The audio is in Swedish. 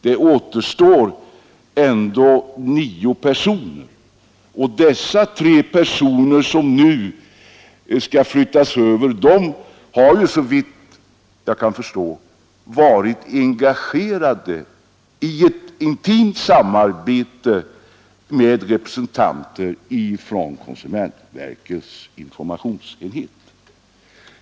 Det återstår ändå nio personer och de tre personer som nu skall överflyttas har, såvitt jag förstår, varit engagerade i ett intimt samarbete med representanter för konsumentverkets informationsenhet.